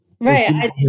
Right